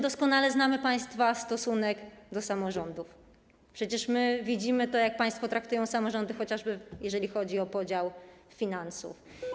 Doskonale znamy państwa stosunek do samorządów, widzimy to, jak państwo traktują samorządy, chociażby jeżeli chodzi o podział finansów.